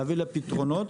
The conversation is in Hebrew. להביא לפתרונות,